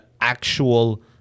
actual